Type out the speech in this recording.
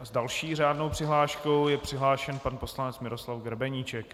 S další řádnou přihláškou je přihlášen pan poslanec Miroslav Grebeníček.